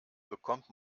bekommt